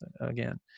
again